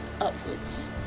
upwards